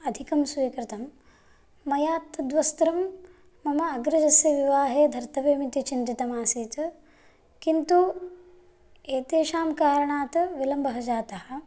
अधिकं स्वीकृतम् मया तद्वस्त्रं मम अग्रजस्य विवाहे धर्तव्यम् इति चिन्तितमासीत् किन्तु एतेषां कारणात् विलम्बः जातः